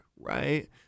Right